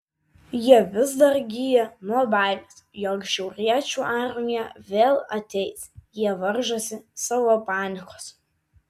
jie vis dar gyja nuo baimės jog šiauriečių armija vėl ateis jie varžosi savo panikos